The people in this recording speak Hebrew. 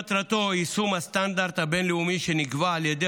מטרתו יישום הסטנדרט הבין-לאומי שנקבע על ידי